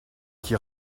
qui